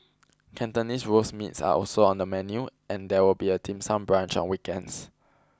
Cantonese roast meats are also on the menu and there will be a Dim Sum brunch on weekends